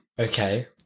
Okay